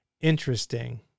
Interesting